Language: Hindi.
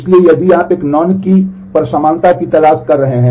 इसलिए यदि आप एक नॉन की का उपयोग कर रहे हैं